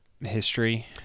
history